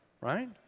right